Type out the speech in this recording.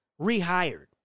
rehired